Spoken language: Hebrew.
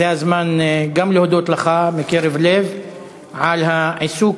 זה הזמן גם להודות לך מקרב לב על העיסוק